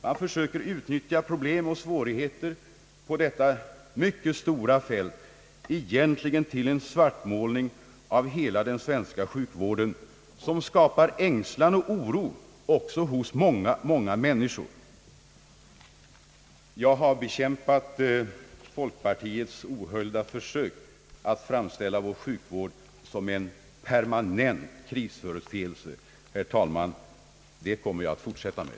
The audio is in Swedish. Han försöker utnyttja problem och svårigheter på detta mycket stora fält till en svartmålning av hela den svenska sjukvården, vilket skapar ängslan och oro hos många människor. Jag har bekämpat folkpartiets ohöljda försök att framställa vår sjukvård såsom en permanent krisföreteelse och, herr talman, det kommer jag att fortsätta med.